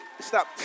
Stop